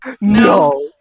No